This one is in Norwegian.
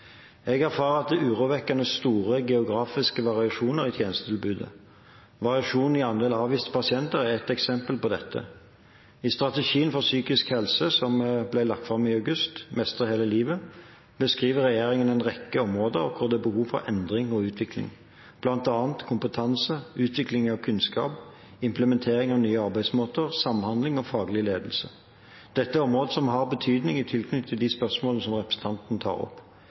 Jeg erfarer at det er urovekkende store geografiske variasjoner i tjenestetilbudene. Variasjonene i andel avviste pasienter er et eksempel på dette. I strategien for psykisk helse som ble lagt fram i august, Mestre hele livet, beskriver regjeringen en rekke områder hvor det er behov for endring og utvikling – bl.a. kompetanse, utvikling av kunnskap, implementering av nye arbeidsmåter, samhandling og faglig ledelse. Dette er områder som har betydning i tilknytning til de spørsmålene som representanten tar opp.